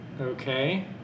Okay